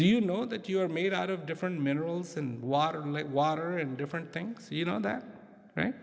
do you know that you are made out of different minerals and water like water and different things you know that